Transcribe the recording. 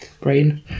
Brain